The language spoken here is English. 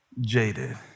jaded